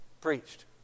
preached